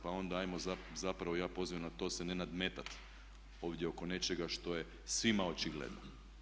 Pa onda ajmo, zapravo ja pozivam na to, se ne nadmetati ovdje oko nečega što je svima očigledno.